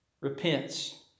repents